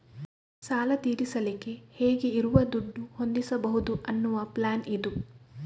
ಸಾಲ ತೀರಿಸಲಿಕ್ಕೆ ಹೇಗೆ ಇರುವ ದುಡ್ಡು ಹೊಂದಿಸ್ಬಹುದು ಅನ್ನುವ ಪ್ಲಾನ್ ಇದು